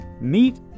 meet